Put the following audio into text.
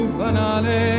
banale